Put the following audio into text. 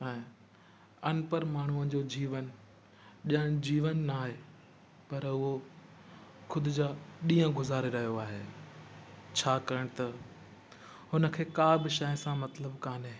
ऐं अनपढ़ माण्हूंअ जो जीवन ॼण जीवन न आहे पर उहो खुदि जा ॾींहं गुज़ारे रहियो आहे छाकाणि त हुनखे का बि शइ सां मतिलब कोन्हे